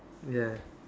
ya